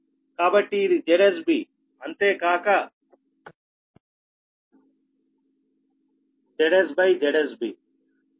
కాబట్టి ఇది ZsBఅంతేకాక ZsZsB